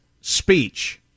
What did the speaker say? speech